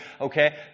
okay